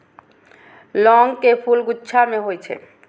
लौंग के फूल गुच्छा मे होइ छै